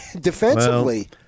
defensively